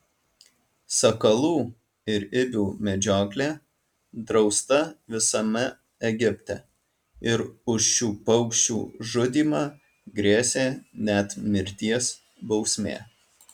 sakalų ir ibių medžioklė drausta visame egipte ir už šių paukščių žudymą grėsė net mirties bausmė